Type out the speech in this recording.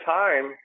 time